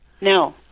No